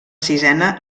sisena